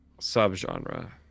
sub-genre